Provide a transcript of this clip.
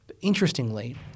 Interestingly